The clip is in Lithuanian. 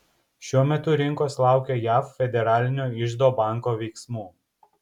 šiuo metu rinkos laukia jav federalinio iždo banko veiksmų